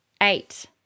Eight